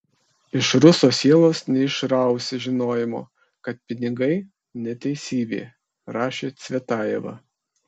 iš ruso sielos neišrausi žinojimo kad pinigai neteisybė rašė cvetajeva